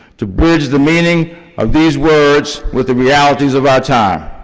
to bridge the meaning of these words with the realities of our time.